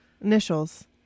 Initials